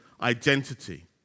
identity